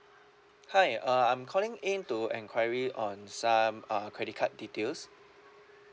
hi uh I'm calling in to enquiry on some uh credit card details